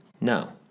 no